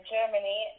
Germany